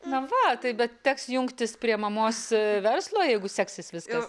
na va tai bet teks jungtis prie mamos verslo jeigu seksis viskas